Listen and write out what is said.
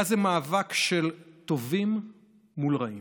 היה זה מאבק של טובים מול רעים,